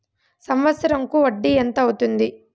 సంవత్సరం కు వడ్డీ ఎంత అవుతుంది?